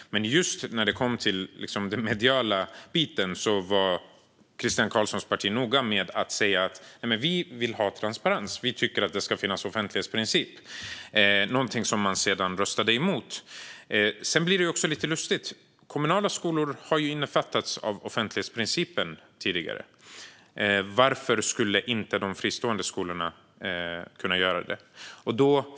Men när man kom till just den mediala biten var Christian Carlssons parti noga med att säga att man vill ha transparens och tycker att det ska finnas en offentlighetsprincip - något som man sedan röstade emot. Det blir lite lustigt. Kommunala skolor har tidigare omfattats av offentlighetsprincipen. Varför skulle inte de fristående skolorna kunna göra det?